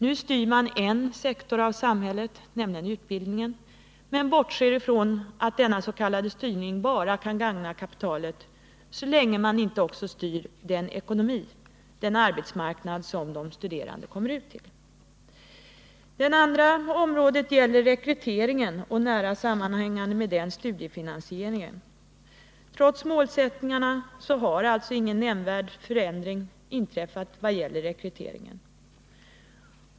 Nu styr man en sektor av samhället, nämligen utbildningen, men bortser ifrån att dennas.k. styrning bara kan gagna kapitalet så länge man inte också styr den ekonomi och arbetsmarknad som de studerande kommer ut till. Det andra området gäller rekryteringen och den med den nära sammanhängande studiefinansieringen. Trots målsättningarna med högskolereformen har alltså ingen nämnvärd förändring inträffat vad gäller rekryteringen.